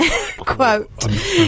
quote